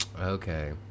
Okay